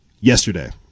yesterday